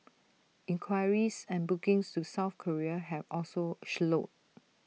inquiries and bookings to south Korea have also slowed